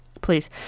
please